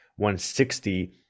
160